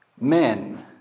men